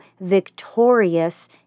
victorious